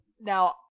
Now